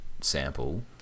sample